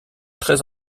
très